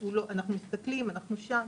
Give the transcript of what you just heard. אנחנו מסתכלים ואנחנו שם.